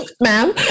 ma'am